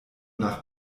nach